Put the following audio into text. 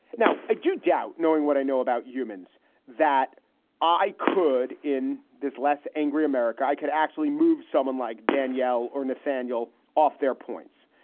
now, i do doubt knowing what i know about humans that i could in this less angry america, i could actually move someone like danielle or nathaniel off their points.